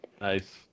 Nice